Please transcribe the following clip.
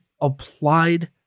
applied